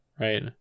right